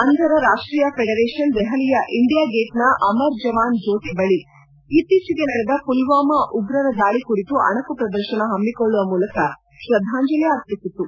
ಅಂಧರ ರಾಷ್ಟೀಯ ಫೆಡರೇಷನ್ ದೆಹಲಿಯ ಇಂಡಿಯಾ ಗೇಟ್ನ ಅಮರ್ ಜವಾನ್ ಜ್ಯೋತಿ ಬಳಿ ಇತ್ತೀಚೆಗೆ ನಡೆದ ಪುಲ್ವಾಮಾ ಉಗ್ರರ ದಾಳಿ ಕುರಿತು ಅಣಕು ಪ್ರದರ್ಶನ ಹಮ್ಮಿಕೊಳ್ಳುವ ಮೂಲಕ ಶ್ರದ್ಧಾಂಜಲಿ ಅರ್ಪಿಸಿತು